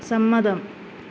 സമ്മതം